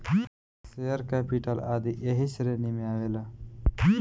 share capital आदी ऐही श्रेणी में आवेला